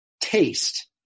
taste